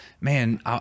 Man